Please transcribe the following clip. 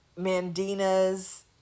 Mandina's